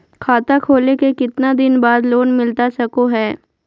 खाता खोले के कितना दिन बाद लोन मिलता सको है?